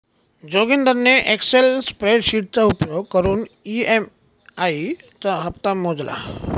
जोगिंदरने एक्सल स्प्रेडशीटचा उपयोग करून ई.एम.आई चा हप्ता मोजला